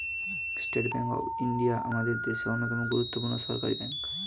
state Bank of India আমাদের দেশের অন্যতম গুরুত্বপূর্ণ সরকারি ব্যাঙ্ক